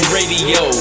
Radio